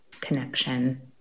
connection